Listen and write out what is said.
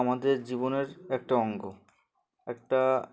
আমাদের জীবনের একটা অঙ্গ একটা